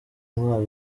intwaro